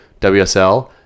WSL